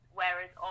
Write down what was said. whereas